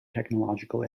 technological